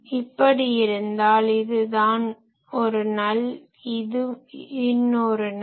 இப்படி இருந்தால் இதுதான் ஒரு நல் இது இன்னொரு நல்